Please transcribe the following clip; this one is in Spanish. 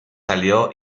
salió